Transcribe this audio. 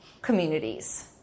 communities